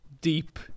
deep